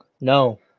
No